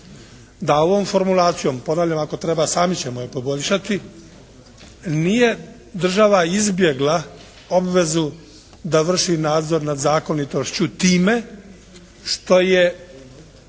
da ovo formulacijom, ponavljam ako treba sami ćemo je poboljšati, nije država izbjegla obvezu da vrši nadzor nad zakonitošću time što je